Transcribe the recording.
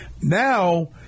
Now